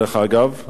דרך אגב,